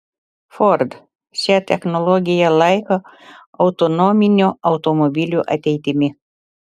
ford šią technologiją laiko autonominių automobilių ateitimi